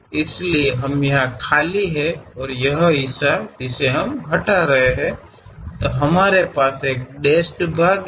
ಆದ್ದರಿಂದ ನಾವು ಇಲ್ಲಿ ಖಾಲಿಯಾಗಿದ್ದೇವೆ ಮತ್ತು ಇದು ನಾವು ತೆಗೆದುಹಾಕುತ್ತಿರುವ ಭಾಗವಾಗಿದೆ